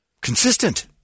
consistent